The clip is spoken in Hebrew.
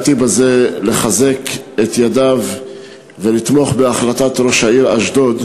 באתי לחזק את ידיו ולתמוך בהחלטתו של ראש העיר אשדוד,